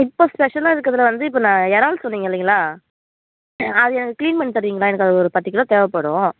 இப்போ ஸ்பெஷலாக இருக்கறதில் வந்து இப்போ நான் இறால் சொன்னிங்க இல்லைங்களா அது எனக்கு கிளீன் பண்ணி தருவீங்களா எனக்கு அது ஒரு பத்து கிலோ தேவைப்படும்